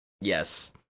Yes